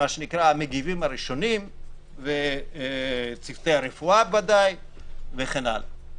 המגיבים הראשונים וצוותי הרפואה, וכן הלאה.